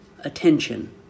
attention